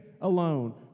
alone